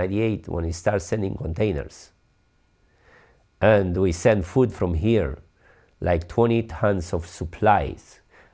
ninety eight when he started sending containers and we send food from here like twenty tons of supplies